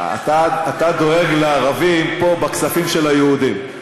אתה דואג לערבים פה בכספים של היהודים,